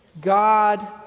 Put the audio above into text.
God